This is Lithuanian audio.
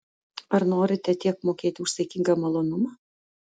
ar norite tiek mokėti už saikingą malonumą